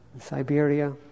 Siberia